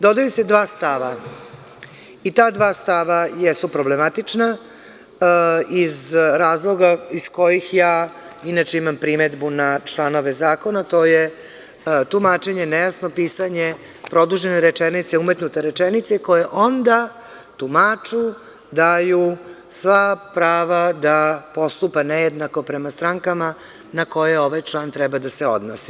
Dodaju se dva stava i ta dva stava jesu problematična iz razloga kojih ja imam primedbu na članove zakona, a to je tumačenje, nejasno pisanje, produžene rečenice, umetnute rečenice i koje onda tumaču daju sva prava da postupa nejednako prema strankama na koje ovaj član treba da se odnosi.